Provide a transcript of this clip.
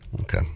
Okay